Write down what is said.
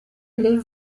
level